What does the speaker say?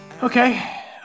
Okay